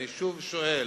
אני שוב שואל,